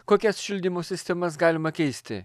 kokias šildymo sistemas galima keisti